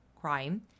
Crime